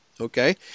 okay